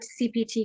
CPT